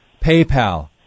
PayPal